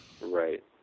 Right